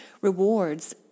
rewards